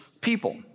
people